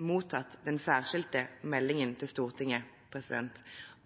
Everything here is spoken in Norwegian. mottatt den særskilte meldingen til Stortinget